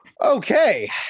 okay